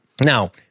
Now